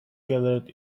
gathered